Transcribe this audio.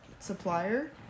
supplier